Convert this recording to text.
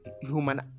human